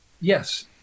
Yes